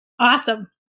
Awesome